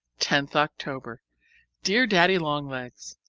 tenth october dear daddy-long-legs,